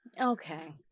Okay